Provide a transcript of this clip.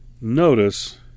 Notice